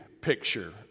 picture